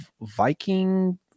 Viking